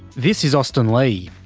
this is austin lee.